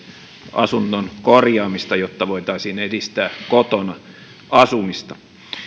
asuntojen korjaamista jotta voitaisiin edistää kotona asumista